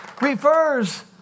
refers